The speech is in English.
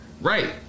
Right